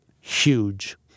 Huge